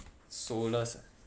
soulless ah